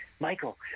Michael